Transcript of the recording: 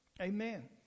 Amen